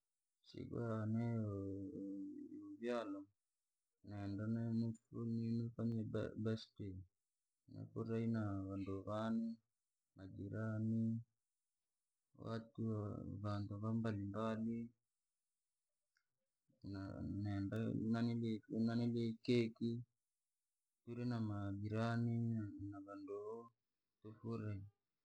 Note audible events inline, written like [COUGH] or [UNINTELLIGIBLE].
Sikuyane yo vyalwa, naenda ni boiwe, [UNINTELLIGIBLE] nifurahi na vanduu vanu, majirani, vandu va mbalimbali, nanili nanili keki, turie namajirani, na vanduu, tufurahi.